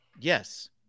Yes